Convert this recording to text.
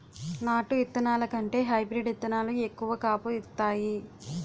నాటు ఇత్తనాల కంటే హైబ్రీడ్ ఇత్తనాలు ఎక్కువ కాపు ఇత్తాయి